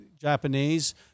Japanese